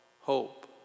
hope